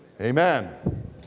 Amen